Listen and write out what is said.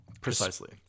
Precisely